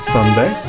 Sunday